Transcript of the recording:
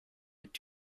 est